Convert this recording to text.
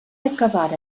acabara